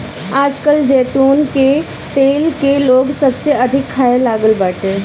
आजकल जैतून के तेल के लोग सबसे अधिका खाए लागल बाटे